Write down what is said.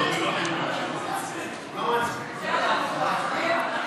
אי-אמון בממשלה לא נתקבלה.